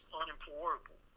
unemployable